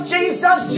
Jesus